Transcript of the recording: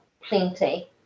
plenty